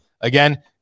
again